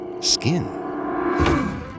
skin